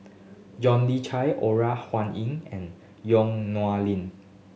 John Le Chai Ora Huanying and Yong Lin